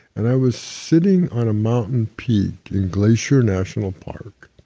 and i was sitting on a mountain peak in glacier national park,